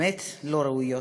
באמת לא ראויות,